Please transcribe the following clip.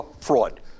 fraud